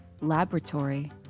laboratory